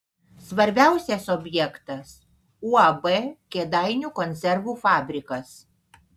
svarbiausias objektas uab kėdainių konservų fabrikas